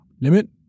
Limit